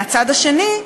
מהצד השני,